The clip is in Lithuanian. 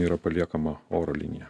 yra paliekama oro linija